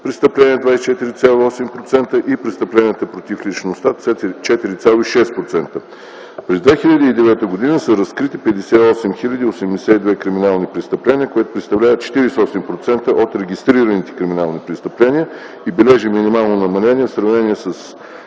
престъпления (24,8%) и престъпленията против личността (4,6%). През 2009 г. са разкрити 58 хил. 82 криминални престъпления, което представлява 48% от регистрираните криминални престъпления и бележи минимално намаление в сравнение с